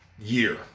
year